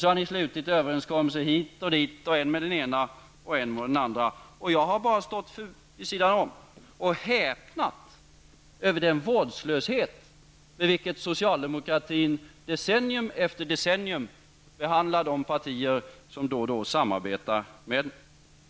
Ni har slutit överenskommelser hit och dit, än med den ena och än med den andra. Jag har bara stått vid sidan om och häpnat över den vårdslöshet med vilken socialdemokratin decennium efter decennium behandlar de partier som den då och då samarbetar med.